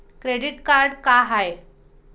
Credit card का हाय?